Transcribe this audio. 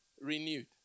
renewed